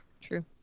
True